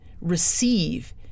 receive